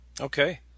Okay